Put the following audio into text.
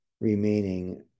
remaining